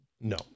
No